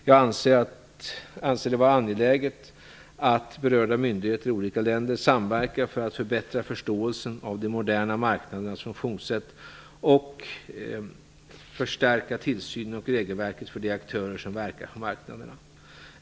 Jag anser det vara angeläget att berörda myndigheter i olika länder samverkar för att förbättra förståelsen av de moderna marknadernas funktionssätt och förstärka tillsynen och regelverket för de aktörer som verkar på marknaderna.